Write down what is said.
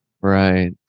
Right